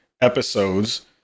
episodes